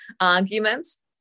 arguments